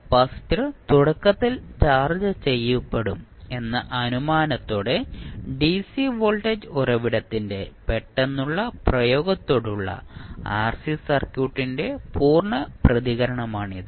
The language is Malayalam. കപ്പാസിറ്റർ തുടക്കത്തിൽ ചാർജ്ജ് ചെയ്യപ്പെടും എന്ന അനുമാനത്തോടെ ഡിസി വോൾട്ടേജ് ഉറവിടത്തിന്റെ പെട്ടെന്നുള്ള പ്രയോഗത്തോടുള്ള ആർസി സർക്യൂട്ടിന്റെ പൂർണ പ്രതികരണമാണിത്